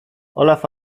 olaf